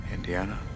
Indiana